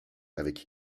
avec